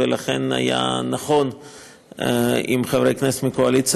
ולכן היה נכון אם חברי הכנסת מהקואליציה